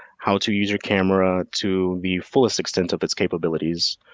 how to use your camera to the fullest extent of its capabilities